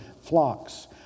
flocks